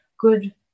good